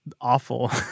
awful